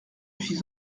suis